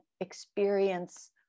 experience